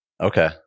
Okay